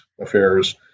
affairs